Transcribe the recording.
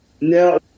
No